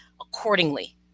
accordingly